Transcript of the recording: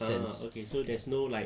ah okay so there's no like